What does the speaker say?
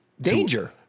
Danger